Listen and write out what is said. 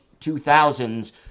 2000s